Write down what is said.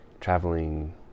traveling